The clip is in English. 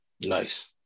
Nice